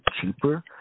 cheaper